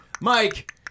mike